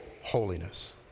holiness